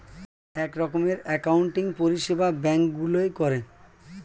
এক রকমের অ্যাকাউন্টিং পরিষেবা ব্যাঙ্ক গুলোয় করে